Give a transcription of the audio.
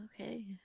Okay